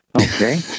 Okay